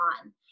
on